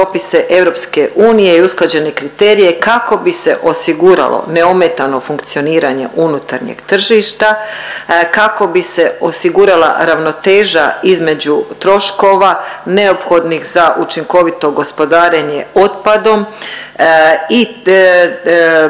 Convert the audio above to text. kako bi se osiguralo neometano funkcioniranje unutarnjeg tržišta, kako bi se osigurala ravnoteža između troškova neophodnih za učinkovito gospodarenje otpadom i postavlja